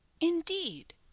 Indeed